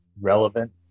relevant